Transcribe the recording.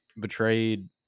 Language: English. betrayed